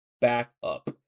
backup